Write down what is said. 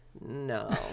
No